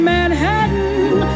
Manhattan